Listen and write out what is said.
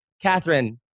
Catherine